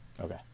Okay